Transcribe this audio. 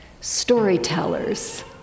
storytellers